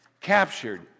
captured